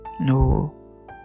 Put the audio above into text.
no